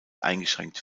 eingeschränkt